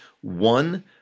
one